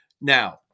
Now